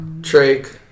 Trake